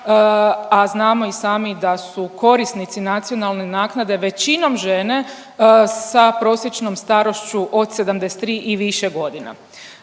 a znamo i sami da su korisnici nacionalne naknade većinom žene sa prosječnom starošću od 73. i više godina.